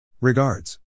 Regards